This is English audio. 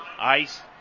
Ice